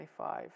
25